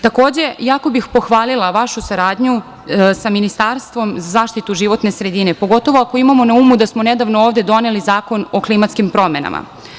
Takođe, jako bih pohvalila vašu saradnju sa Ministarstvom za zaštitu životne sredine, pogotovo ako imamo na umu da smo nedavno ovde doneli Zakon o klimatskim promenama.